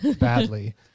badly